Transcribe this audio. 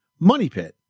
MONEYPIT